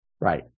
Right